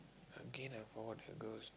again I forgot the girl's